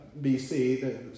BC